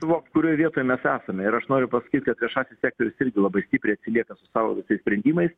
suvokt kurioj vietoj mes esame ir aš noriu pasakyt kad viešasis sektorius irgi labai stipriai atsilieka su savo visais sprendimais